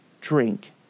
drink